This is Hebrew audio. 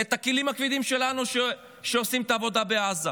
את הכלים הכבדים שלנו שעושים את העבודה בעזה,